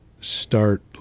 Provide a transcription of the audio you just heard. start